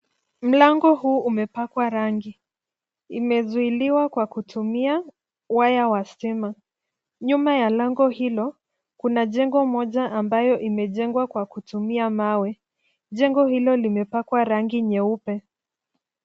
Mlango huu umepakwa rangi, imezuiliwa kwa kutumia waya wa stima. Nyuma ya lango hilo, kuna jengo moja ambayo imejengwa kwa kutumia mawe. Jengo hilo limepakwa rangi nyeupe.